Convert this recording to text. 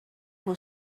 who